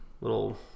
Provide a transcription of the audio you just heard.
little